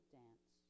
dance